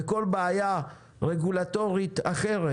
וכל בעיה רגולטורית אחרת,